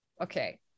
Okay